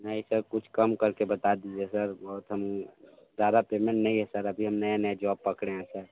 नहीं सर कुछ कम करके बता दीजिए सर बहुत हम ज़्यादा पेमेंट नहीं है सर अभी हम नए नए जॉब पकड़े हैं सर